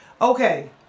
Okay